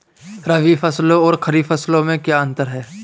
रबी फसलों और खरीफ फसलों में क्या अंतर है?